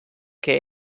que